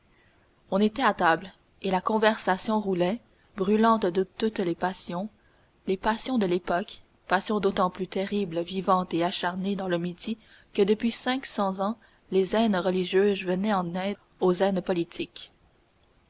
on était à table et la conversation roulait brûlante de toutes les passions les passions de l'époque passions d'autant plus terribles vivantes et acharnées dans le midi que depuis cinq cents ans les haines religieuses venaient en aide aux haines politiques